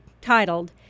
titled